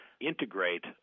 integrate